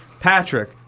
Patrick